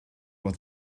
oedd